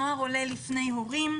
נוער עולה לפני הורים,